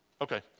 Okay